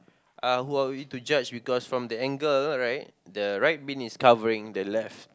uh who are we to judge because from the angle right the right bin is covering the left